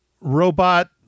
robot